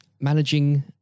managing